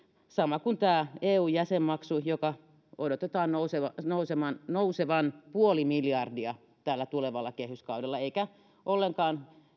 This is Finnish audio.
sama kuin tämä eu jäsenmaksu jonka odotetaan nousevan nousevan puoli miljardia tulevalla kehyskaudella enkä ollenkaan